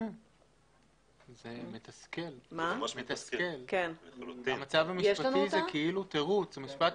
המצב המשפטי זה כאילו תירוץ,